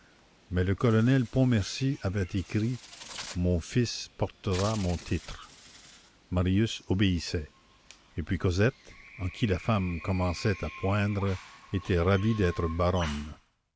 mais le colonel pontmercy avait écrit mon fils portera mon titre marius obéissait et puis cosette en qui la femme commençait à poindre était ravie d'être baronne